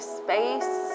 space